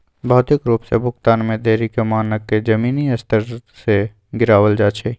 भौतिक रूप से भुगतान में देरी के मानक के जमीनी स्तर से गिरावल जा हई